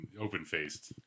open-faced